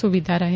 સુવિધા રહે